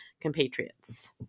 compatriots